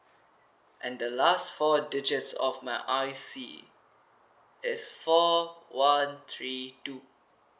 and the last four digits of my I_C it's four one three two